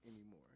anymore